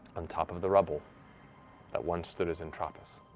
on top of the rubble that once stood as entropis.